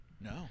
No